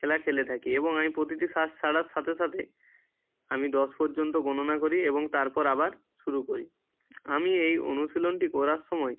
খেলা খেলে থাকি এবং আমি প্রতিটি শ্বাস ছাড়ার সাথে সাথে আমি দশ পর্যন্ত গণনা করি এবং তারপর আবার শুরু করি আমি এই অনুশীলনটি করার সময়